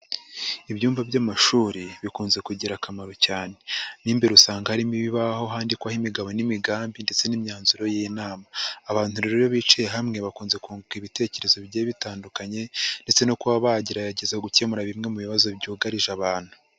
Ibyumba by'amashuri bikunze kugira akamaro cyane mu imbere usanga harimo ibibaho handikwaho imigabo n'imigambi ndetse n'imyanzuro y'inama, abantu rero iyo bicaye hamwe bakunze kunguka ibitekerezo bigiye bitandukanye ndetse no kuba bagerageza gukemura bimwe mu bibazo byugarije abantu.